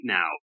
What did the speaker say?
now